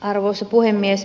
arvoisa puhemies